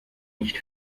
nicht